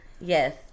Yes